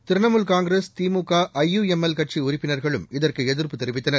திரிணாமுல் காங்கிரஸ் திமுகஐயூஎம்எல் கட்சிஉறுப்பினர்களும் இதற்குஎதிர்ப்பு தெரிவித்தனர்